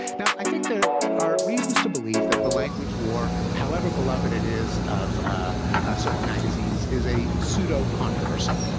now, i think there are reasons to believe that the language war, however beloved it is of certain magazines, is a pseudo-controversy.